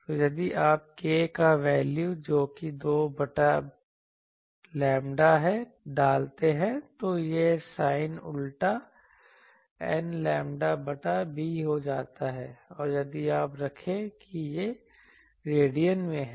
तो यदि आप k का वैल्यू जो कि 2 pi बटा लैम्ब्डा है डालते हैं तो यह sin उलटा n लैम्ब्डा बटा b हो जाता है और याद रखें कि यह रेडियन में है